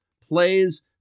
plays